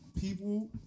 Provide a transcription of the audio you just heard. people